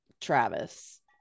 Travis